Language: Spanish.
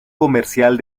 comercial